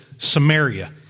Samaria